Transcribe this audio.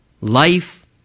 life